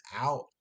out